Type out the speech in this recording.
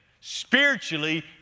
spiritually